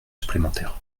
supplémentaires